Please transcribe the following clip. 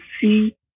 see